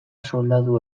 soldadu